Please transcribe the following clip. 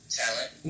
talent